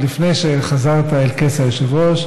עוד לפני שחזרת אל כס היושב-ראש,